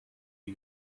you